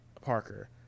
Parker